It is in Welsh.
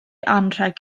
anrheg